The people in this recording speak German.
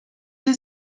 sie